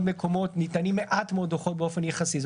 מקומות ניתנים מעט מאוד דוחות באופן יחסי.